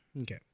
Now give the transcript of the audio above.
Okay